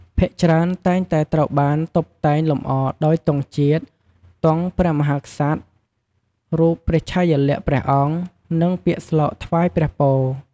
ភាគច្រើនតែងតែត្រូវបាន តុបតែងលម្អ ដោយ ទង់ជាតិ ទង់ព្រះមហាក្សត្រ រូបព្រះឆាយាល័ក្ខណ៍ព្រះអង្គ និង ពាក្យស្លោកថ្វាយព្រះពរ។